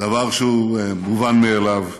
דבר שהוא מובן מאליו.